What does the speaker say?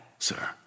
sir